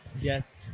yes